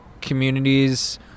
communities